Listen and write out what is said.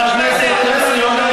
חבר הכנסת יוסי יונה,